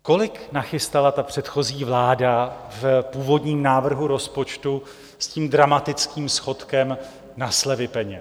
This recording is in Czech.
Kolik nachystala ta předchozí vláda v původním návrhu rozpočtu s tím dramatickým schodkem na slevy peněz?